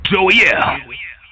Joey